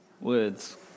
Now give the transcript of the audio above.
words